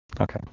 Okay